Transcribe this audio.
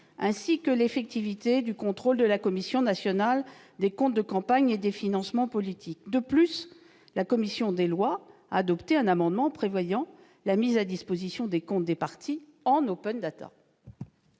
ainsi que l'effectivité du contrôle de la Commission nationale des comptes de campagne et des financements politiques. De plus, la commission des lois a adopté un amendement tendant à prévoir la mise à disposition des comptes des partis en. La